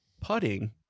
putting